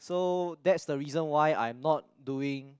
so that's the reason why I'm not doing